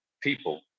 people